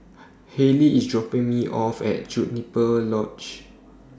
Hallie IS dropping Me off At Juniper Lodge